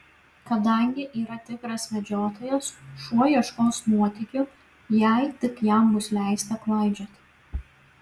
kadangi yra tikras medžiotojas šuo ieškos nuotykių jei tik jam bus leista klaidžioti